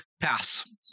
Pass